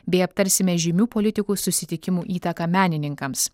bei aptarsime žymių politikų susitikimų įtaką menininkams